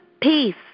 peace